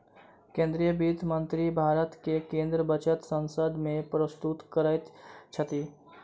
केंद्रीय वित्त मंत्री भारत के केंद्रीय बजट संसद में प्रस्तुत करैत छथि